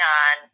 on